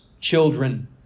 children